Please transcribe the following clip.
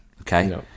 okay